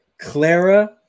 Clara